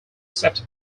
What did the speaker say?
safety